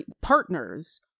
partners